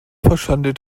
verschandelt